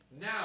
Now